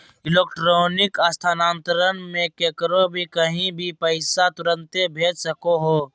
electronic स्थानान्तरण मे केकरो भी कही भी पैसा तुरते भेज सको हो